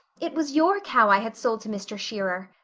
it was your cow i had sold to mr. shearer.